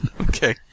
Okay